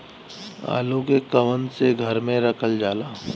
आलू के कवन से घर मे रखल जाला?